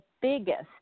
biggest